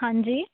ਹਾਂਜੀ